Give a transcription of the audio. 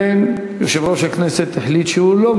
בואו נבין, למה שאני אעמוד ואדבר אם אין מי שישיב?